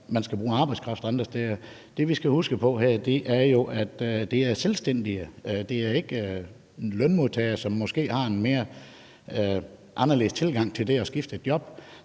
man skal bruge arbejdskraft andre steder. Det, vi skal huske på her, er jo, at det er selvstændige; det er ikke lønmodtagere, som måske har en anderledes tilgang til det med at skifte job.